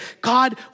God